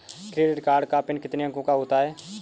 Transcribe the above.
Credit card का PIN कितने अंकों का होता है?